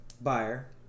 buyer